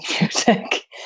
music